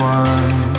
one